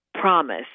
promise